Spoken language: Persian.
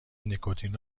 نیکوتین